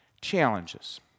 challenges